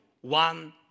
one